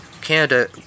Canada